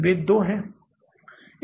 वे दो हैं